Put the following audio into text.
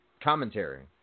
commentary